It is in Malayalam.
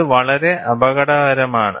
ഇത് വളരെ അപകടകരമാണ്